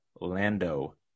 Lando